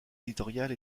éditoriale